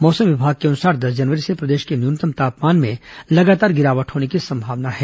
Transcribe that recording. मौसम विभाग के अनुसार दस जनवरी से प्रदेश के न्यूनतम तापमान में लगातार गिरावट होने की संभावना है